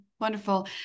Wonderful